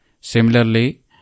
similarly